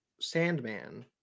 Sandman